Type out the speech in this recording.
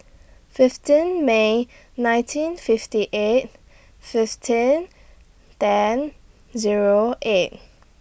fifteen May nineteen fifty eight fifteen ten Zero eight